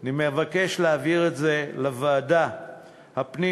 אני מבקש להעביר את זה לוועדת הפנים